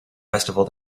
festival